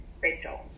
rachel